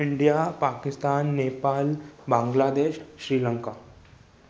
India Pakistan Nepal Bangladesh Sri Lanka